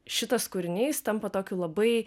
šitas kūrinys tampa tokiu labai